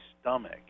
stomach